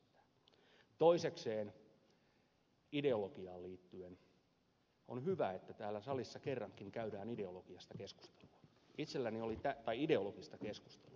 toisekseen ideologiaan liittyen on hyvä että täällä salissa kerrankin käydään ideologista joskus isälläni oli tai ideologista keskustelua